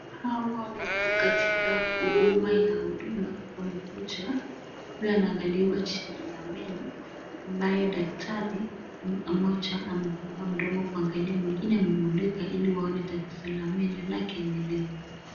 Hawa wako katika huduma ya Huduma, wamekuja, huyu anaangaliwa chini ya meno ambayo daktari moja amefungua mdomo kuangalia, mwingine amemulika ili kuona tatizo la meno lake ni lipi.